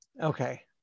Okay